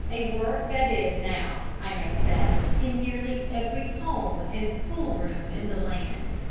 a work that is now, i may say, in nearly every home and school-room in the land.